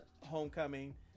Homecoming